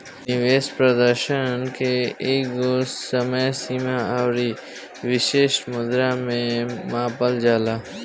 निवेश प्रदर्शन के एकगो समय सीमा अउरी विशिष्ट मुद्रा में मापल जाला